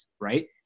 right